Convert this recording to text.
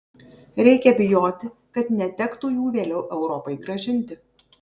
reikia bijoti kad netektų jų vėliau europai grąžinti